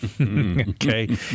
Okay